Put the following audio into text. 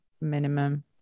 minimum